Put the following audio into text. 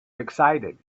excited